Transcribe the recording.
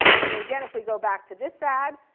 so again, if we go back to this ad,